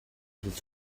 хэлж